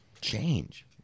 change